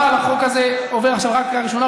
אבל החוק הזה עובר עכשיו רק בקריאה ראשונה,